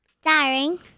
Starring